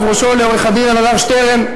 ובראשו לעורך-הדין אלעזר שטרן,